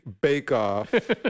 bake-off